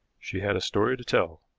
she had a story to tell.